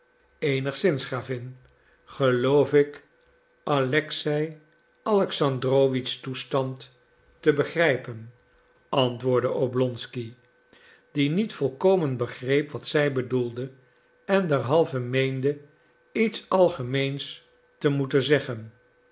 eenigszins gravin geloof ik alexei alexandrowitsch's toestand te begrijpen antwoordde oblonsky die niet volkomen begreep wat zij bedoelde en derhalve meende iets algemeens te moeten zeggen